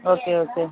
okay okay